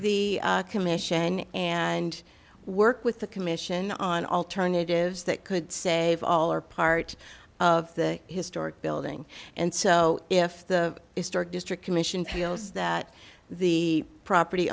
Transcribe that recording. the commission and work with the commission on alternatives that could save all or part of the historic building and so if the historic district commission feels that the property